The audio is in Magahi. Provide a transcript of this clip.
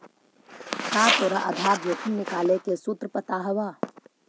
का तोरा आधार जोखिम निकाले के सूत्र पता हवऽ?